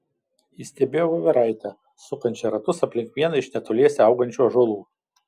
ji stebėjo voveraitę sukančią ratus aplink vieną iš netoliese augančių ąžuolų